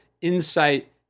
insight